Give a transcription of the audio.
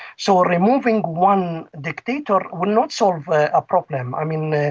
so ah removing one dictator will not solve ah a problem. i mean, ah